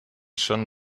schon